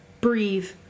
breathe